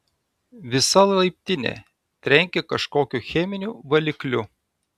visa laiptinė trenkė kažkokiu cheminiu valikliu